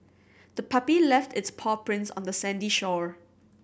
the puppy left its paw prints on the sandy shore